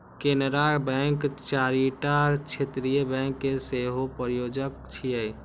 केनरा बैंक चारिटा क्षेत्रीय बैंक के सेहो प्रायोजक छियै